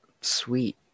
sweet